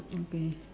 okay